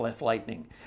lightning